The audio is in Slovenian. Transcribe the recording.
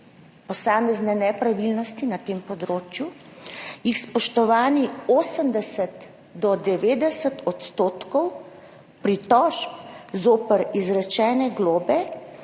posamezne nepravilnosti na tem področju, je, spoštovani, 80 % do 90 % pritožb zoper izrečene globe.